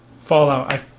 Fallout